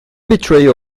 betrayal